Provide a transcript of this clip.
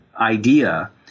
idea